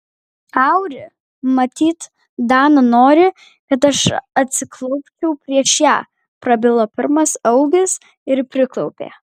auri matyt dana nori kad aš atsiklaupčiau prieš ją prabilo pirmas augis ir priklaupė